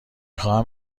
خواهم